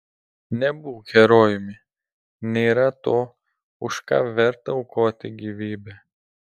nebūk herojumi nėra to už ką verta aukoti gyvybę